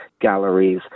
galleries